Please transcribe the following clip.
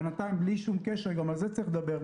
בינתיים בלי שום קשר גם על זה צריך לדבר,